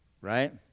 Right